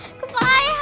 Goodbye